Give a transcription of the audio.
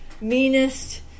meanest